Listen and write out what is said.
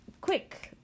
quick